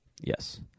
Yes